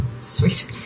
Sweet